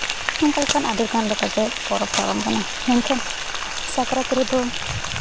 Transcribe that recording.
ᱚᱱᱠᱟ ᱞᱮᱠᱟᱱ ᱟᱹᱰᱤ ᱞᱮᱠᱟᱱᱜᱮ ᱯᱚᱨᱚᱵᱽ ᱯᱟᱨᱚᱢ ᱟᱠᱟᱱᱟ ᱢᱮᱱᱠᱷᱟᱱ ᱥᱟᱠᱨᱟᱛ ᱨᱮᱫᱚ